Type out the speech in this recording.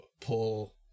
pull